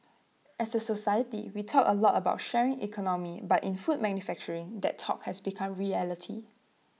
as A society we talk A lot about sharing economy but in food manufacturing that talk has become reality